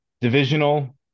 divisional